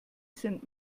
sind